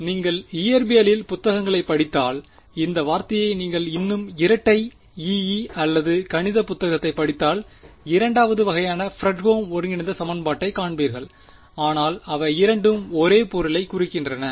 எனவே நீங்கள் இயற்பியல் புத்தகங்களைப் படித்தால் இந்த வார்த்தையை நீங்கள் இன்னும் இரட்டை EE அல்லது கணித புத்தகத்தைப் படித்தால் இரண்டாவது வகையான ஃப்ரெட்ஹோம் ஒருங்கிணைந்த சமன்பாட்டைக் காண்பீர்கள் ஆனால் அவை இரண்டும் ஒரே பொருளைக் குறிக்கின்றன